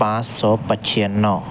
پانچ سو پنچانوے